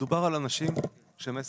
מדובר על אנשים שהם 19-10,